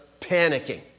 panicking